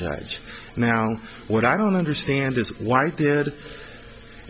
judge now what i don't understand is why did